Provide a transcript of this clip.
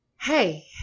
Hey